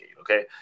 Okay